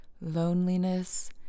Loneliness